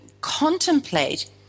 contemplate